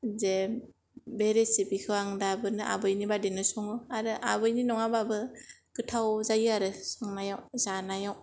जे बे रेसिफिखौ आं दाबोनो आबैनि बादिनो सङो आरो आबैनि नङाब्लाबो गोथाव जायो आरो संनायाव जानायाव